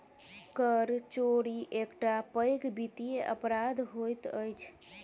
कर चोरी एकटा पैघ वित्तीय अपराध होइत अछि